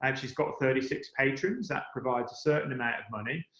um she's got thirty six patreons. that provides a certain amount of money.